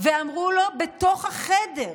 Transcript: ואמרו לו בתוך החדר: